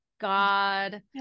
God